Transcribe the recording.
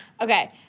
okay